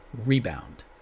Rebound